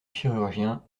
chirurgien